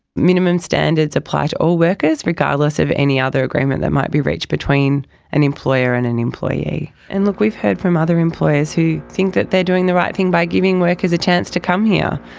minimum standards apply to all workers, regardless of any other agreement that might be reached between an employer and an employee. and look, we've heard from other employers who think that they are doing the right thing by giving workers a chance to come here,